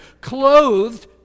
clothed